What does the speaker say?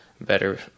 better